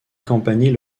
campanile